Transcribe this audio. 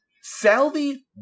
Salvi